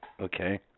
Okay